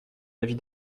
avis